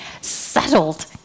settled